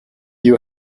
you